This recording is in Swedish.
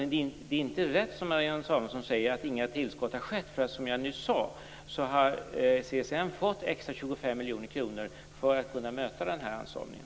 Men det är inte rätt som Marianne Samuelsson säger att inget tillskott har getts. Som jag nyss sade har CSN fått 25 miljoner kronor extra för att kunna möta den här anstormningen.